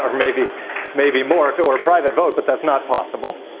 ah maybe maybe more. if it were a private vote but that's not possible.